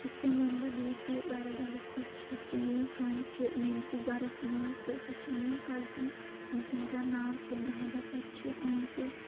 یِتھ کٔنۍ زَن بہٕ بیٚیہِ تہِ واریاہ زیادٕ خۄش چھَس کہِ میٲنۍ فرٛؠنٛڈ چھِ میٲنسٕے گَرَس منٛز تہٕ سۄ چھِ میٲنۍ کزَن ییٚمہِ سُند زَن ناو چھُ ناہِدا سۄ تہِ چھِ میٲنسٕے